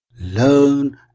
Learn